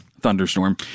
thunderstorm